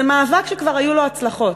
זה מאבק שכבר היו לו הצלחות: